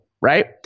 right